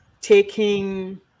taking